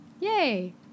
Yay